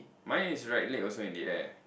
mine is right leg also in the air